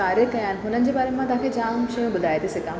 कार्य कया आहिनि हुननि जे बारे मां तव्हांखे जाम शयूं ॿुधाए थी सघां